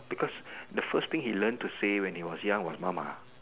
because the first thing he learn to say was mama